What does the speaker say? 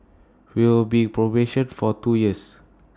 will be probation for two years